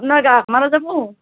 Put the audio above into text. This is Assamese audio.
আপনাৰ গ্ৰাহক মাৰা যাব